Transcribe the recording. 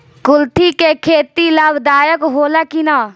कुलथी के खेती लाभदायक होला कि न?